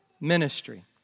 ministry